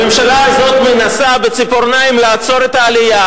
הממשלה הזאת מנסה בציפורניים לעצור את העלייה